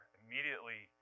immediately